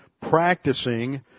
practicing